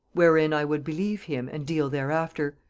wherein i would believe him and deal thereafter,